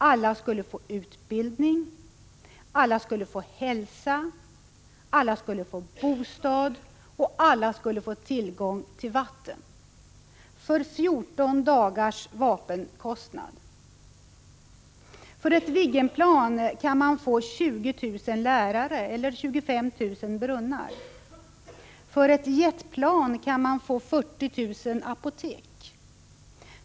Alla skulle få utbildning, alla skulle få hälsa, alla skulle få bostad — och alla skulle få tillgång till vatten. För 14 dagars vapenkostnad! För ett Viggenplan kan man få 20 000 lärare eller 25 000 brunnar. För ett jetplan kan man få 40 000 apotek.